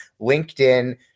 LinkedIn